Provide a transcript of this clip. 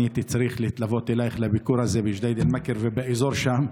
אני הייתי צריך להתלוות אליך לביקור הזה בג'דיידה-מכר ובאזור שם.